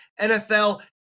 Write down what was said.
NFL